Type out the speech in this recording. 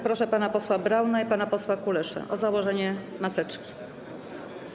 Proszę pana posła Brauna i pana posła Kuleszę o założenie maseczek.